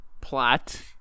plot